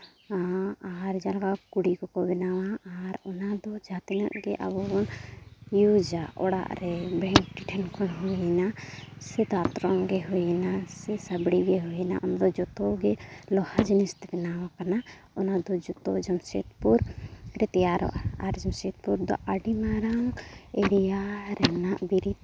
ᱟᱨ ᱟᱦᱟᱨ ᱡᱟᱸᱜᱟ ᱠᱩᱲᱤ ᱠᱚ ᱵᱮᱱᱟᱣᱟ ᱟᱨ ᱚᱱᱟ ᱫᱚ ᱡᱟᱦᱟᱸ ᱛᱤᱱᱟᱹᱜ ᱜᱮ ᱟᱵᱚ ᱵᱚᱱ ᱤᱭᱩᱡᱟ ᱚᱲᱟᱜ ᱨᱮ ᱵᱷᱮᱱᱴ ᱴᱷᱮᱱ ᱠᱷᱚᱱ ᱦᱩᱭᱱᱟ ᱥᱮ ᱫᱟᱛᱨᱚᱢ ᱜᱮ ᱦᱩᱭᱱᱟ ᱥᱮ ᱥᱟᱹᱵᱽᱲᱤ ᱜᱮ ᱦᱩᱭᱱᱟ ᱚᱱᱟ ᱫᱚ ᱡᱚᱛᱚ ᱜᱮ ᱞᱳᱦᱟ ᱡᱤᱱᱤᱥᱛᱮ ᱵᱮᱱᱟᱣᱟ ᱟᱠᱟᱱᱟ ᱚᱱᱟ ᱫᱚ ᱡᱚᱛᱚ ᱡᱟᱢᱥᱮᱫᱽᱯᱩᱨ ᱨᱮ ᱛᱮᱭᱟᱨᱚᱜᱼᱟ ᱟᱨ ᱡᱟᱢᱥᱮᱫᱽᱯᱩᱨ ᱫᱚ ᱟᱹᱰᱤ ᱢᱟᱨᱟᱝ ᱮᱨᱤᱭᱟ ᱨᱮᱱᱟᱜ ᱵᱤᱨᱤᱫᱽ